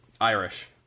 Irish